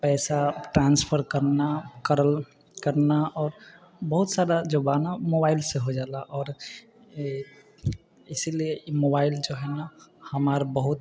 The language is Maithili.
पैसा ट्रान्सफर करना करल करना आओर बहुत सारा जे बा नऽ ओ मोबाइल से हो जाला आओर इसिलिए ई मोबाइल जो हइ नऽ हमर बहुत